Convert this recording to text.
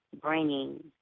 bringing